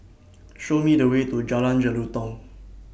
Show Me The Way to Jalan Jelutong